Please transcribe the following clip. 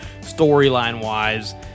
storyline-wise